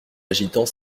agitant